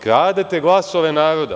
Kradete glasove naroda.